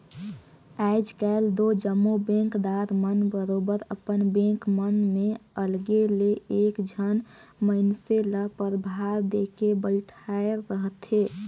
आएज काएल दो जम्मो बेंकदार मन बरोबेर अपन बेंक मन में अलगे ले एक झन मइनसे ल परभार देके बइठाएर रहथे